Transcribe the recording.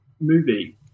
movie